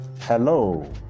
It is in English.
hello